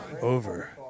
over